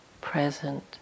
present